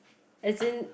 as in